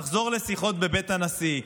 נחזור לשיחות בבית הנשיא,